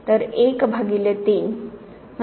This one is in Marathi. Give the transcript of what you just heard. तर 1 भागिले 3